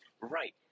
right